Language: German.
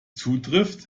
zutrifft